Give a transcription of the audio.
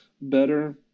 better